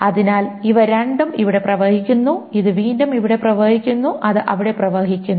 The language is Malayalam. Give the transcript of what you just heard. അതിനാൽ ഇവ രണ്ടും ഇവിടെ പ്രവഹിക്കുന്നു ഇത് വീണ്ടും ഇവിടെ പ്രവഹിക്കുന്നു ഇത് അവിടെ പ്രവഹിക്കുന്നു